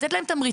לתת להם תמריצים.